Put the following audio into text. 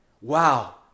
wow